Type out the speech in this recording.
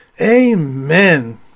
Amen